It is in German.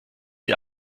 sie